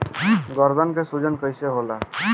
गर्दन के सूजन कईसे होला?